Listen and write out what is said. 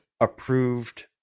approved